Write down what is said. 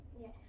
Yes